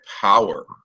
power